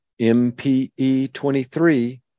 mpe23